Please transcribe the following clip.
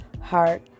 heart